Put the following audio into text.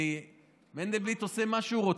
כי מנדלבליט עושה מה שהוא רוצה.